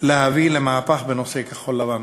להביא למהפך בנושא כחול-לבן.